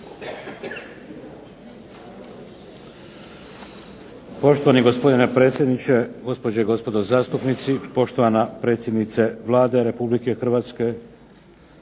Poštovani gospodine predsjedniče, gospođe i gospodo zastupnici, poštovana predsjednice Vlade Republike Hrvatske,